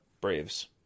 Braves